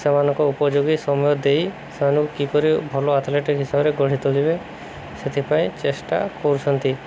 ସେମାନଙ୍କୁ ଉପଯୋଗୀ ସମୟ ଦେଇ ସେମାନଙ୍କୁ କିପରି ଭଲ ଆଥଲେଟିକ୍ ହିସାବରେ ଗଢ଼ି ଚାଲିବେ ସେଥିପାଇଁ ଚେଷ୍ଟା କରୁଛନ୍ତି